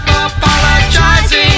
apologizing